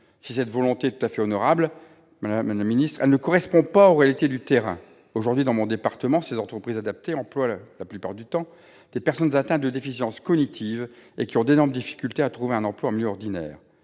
Si cette volonté est tout à fait honorable, madame la ministre, elle ne correspond pas aux réalités de terrain : aujourd'hui, dans mon département, les entreprises adaptées emploient la plupart du temps des personnes atteintes de déficience cognitive et qui ont d'énormes difficultés à trouver un emploi en milieu ordinaire.